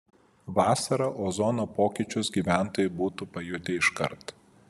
vasarą ozono pokyčius gyventojai būtų pajutę iškart